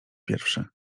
pierwszy